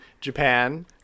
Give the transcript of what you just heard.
Japan